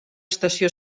estació